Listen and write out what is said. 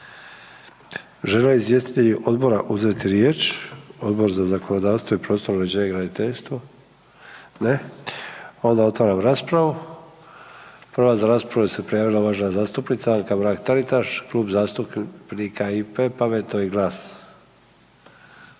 Žele li izvjestitelji odbora uzeti riječ, Odbor za zakonodavstvo i prostorno uređenje i graditeljstvo? Ne. Otvaram raspravu. Prva za raspravu se prijavila uvažena zastupnica Anka Mrak Taritaš Klub zastupnika IP, Pametno i GLAS.